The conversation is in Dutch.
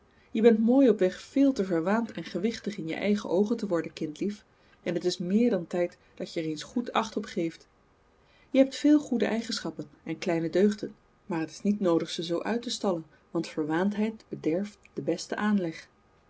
je bent mooi op weg veel te verwaand en gewichtig in je eigen oogen te worden kindlief en het is meer dan tijd dat je er eens goed acht op geeft je hebt veel goede eigenschappen en kleine deugden maar het is niet noodig ze zoo uit te stallen want verwaandheid bederft den besten aanleg